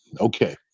okay